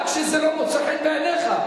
גם כשזה לא מוצא חן בעיניך.